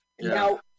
Now